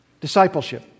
discipleship